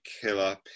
killer